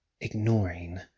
ignoring